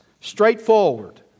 Straightforward